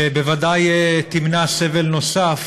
שבוודאי תמנע סבל נוסף